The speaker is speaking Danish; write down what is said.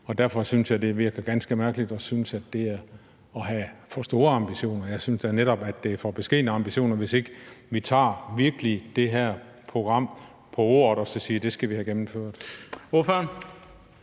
Derfor synes jeg, at det virker ganske mærkeligt at synes, at det er at have for store ambitioner. Jeg synes da netop, at det er for beskedne ambitioner, hvis ikke vi virkelig tager det her program på ordet og siger, at det skal vi have gennemført.